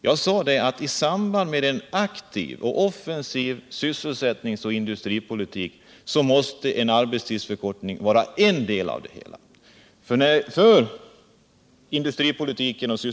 Jag sade att i samband med en aktiv och offensiv sysselsättningsoch industripolitik måste arbetstidsförkortning vara en del av det hela.